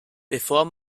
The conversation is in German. bevor